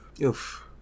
Oof